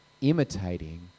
imitating